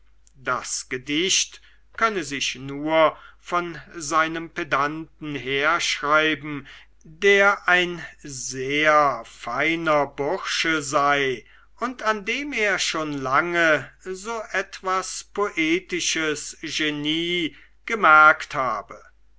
das gedicht könnte sich nur von seinem pedanten herschreiben der ein sehr feiner bursche sei und an dem er schon lange so etwas poetisches genie gemerkt habe